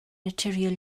naturiol